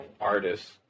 artists